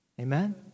amen